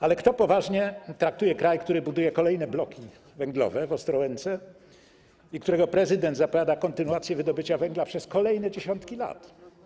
Ale kto poważnie traktuje kraj, który buduje kolejne bloki węglowe w Ostrołęce i którego prezydent zapowiada kontynuację wydobycia węgla przez kolejne dziesiątki lat?